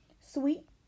Sweet